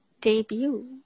debut